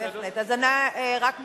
אז אני רק מודיעה: